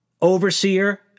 overseer